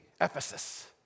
Ephesus